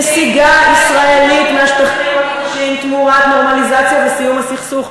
נסיגה ישראלית מהשטחים הכבושים תמורת נורמליזציה וסיום הסכסוך.